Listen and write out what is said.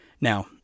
Now